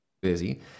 busy